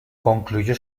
concluyó